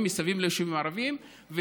מסביב ליישובים הערביים הן פרטיות,